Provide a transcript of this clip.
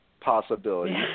possibility